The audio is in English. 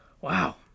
Wow